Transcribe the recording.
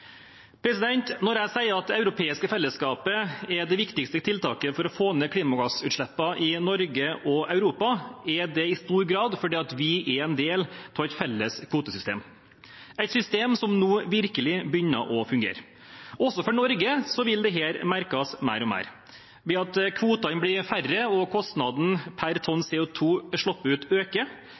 Når jeg sier at det europeiske fellesskapet er det viktigste tiltaket for å få ned klimagassutslippene i Norge og Europa, er det i stor grad fordi vi er en del av et felles kvotesystem, et system som nå virkelig begynner å fungere. Også for Norge vil dette merkes mer og mer. Ved at kvotene blir færre, og ved at kostnaden per tonn CO2 som blir sluppet ut, øker,